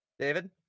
David